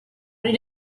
did